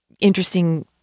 interesting